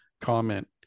comment